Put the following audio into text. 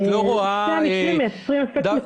שני המקרים מייצרים אפקט מצנן,